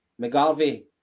McGarvey